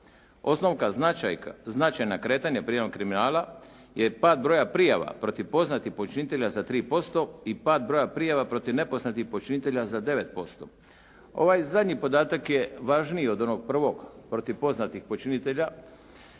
Osnovka značajna kretanja kriminalnog kriminala je pad broja prijava protiv poznatih počinitelja za 3% i pad broja prijava protiv nepoznatih počinitelja za 9%. Ovaj zadnji podatak je važniji od ovog prvog, protiv poznatih počinitelja